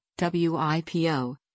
WIPO